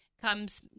comes